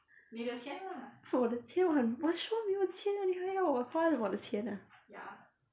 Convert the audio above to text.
我的钱我很我说了我没有钱了你还要我花我的钱啊